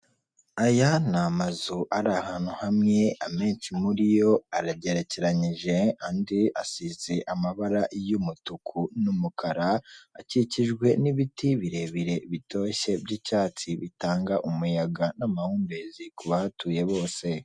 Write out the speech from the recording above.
Mu Rwanda hari utubari twinshi dukomeje kuza kw'isonga bitewe na serivise turimo turatanga. Aho ntitwasiba kuvuga ko bakwakirana ubwuzu, ukahasanga bimwe mu ndabyo zishobora kuba zihatatse, bityo aho hantu ni heza , kuburyo ushobora kuba wahasohokana nabawe mukaba mwanywa ibinyobwa bigiye bitandukanye ibisembuye n'ibidasembuye.